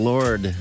Lord